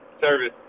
service